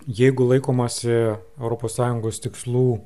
jeigu laikomasi europos sąjungos tikslų